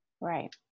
Right